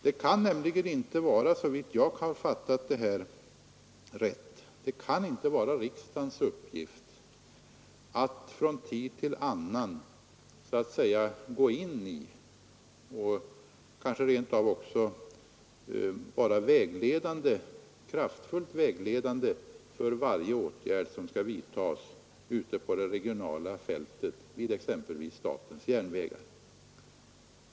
Det kan inte vara riksdagens uppgift att från tid till annan gå in i och kanske rent av vara kraftfullt vägledande vid varje åtgärd som skall företas ute på det regionala fältet vid exempelvis statens järnvägar.